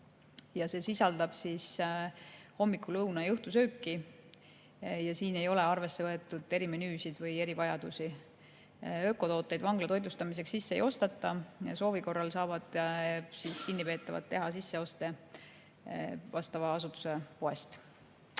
ja see sisaldab hommiku‑, lõuna‑ ja õhtusööki. Siin ei ole arvesse võetud erimenüüsid või erivajadusi. Ökotooteid vangla toitlustamiseks sisse ei osteta. Soovi korral saavad kinnipeetavad teha sisseoste vastava asutuse poest.